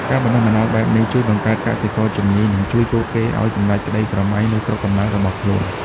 ការបណ្តុះបណ្តាលបែបនេះជួយបង្កើតកសិករជំនាញនិងជួយពួកគេឱ្យសម្រេចក្តីស្រមៃនៅស្រុកកំណើតរបស់ខ្លួន។